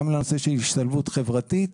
גם לנושא של השתלבות חברתית.